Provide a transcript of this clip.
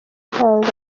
intanga